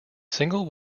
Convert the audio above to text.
single